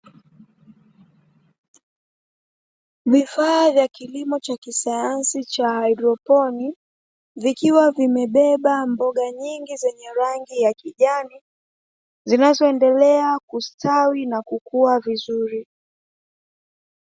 Vifaa vya kilimo cha kisayansi cha haidroponi, vikiwa vimebeba mboga nyingi zenye rangi ya kijani, zinazoendelea kustawi na kukua vizuri.